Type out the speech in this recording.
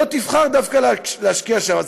לא תבחר להשקיע שם דווקא.